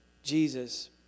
Jesus